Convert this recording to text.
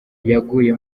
yaguye